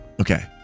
Okay